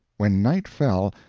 when night fell,